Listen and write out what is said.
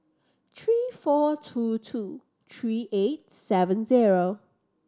three four two two three eight seven zero